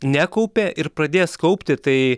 nekaupė ir pradės kaupti tai